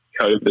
COVID